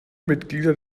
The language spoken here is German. mitglieder